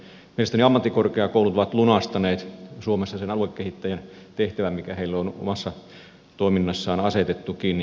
mielestäni ammattikorkeakoulut ovat lunastaneet suomessa sen aluekehittäjän tehtävän mikä heille on omassa toiminnassaan asetettukin